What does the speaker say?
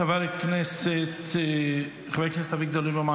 חבר הכנסת אביגדור ליברמן,